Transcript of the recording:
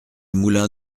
moulin